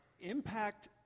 impact